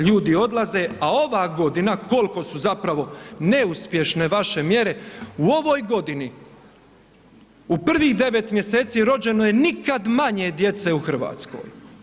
Ljudi odlaze, a ova godina koliko su zapravo neuspješne vaše mjere, u ovoj godini u prvih 9 mjeseci rođeno je nikad manje djece u Hrvatskoj.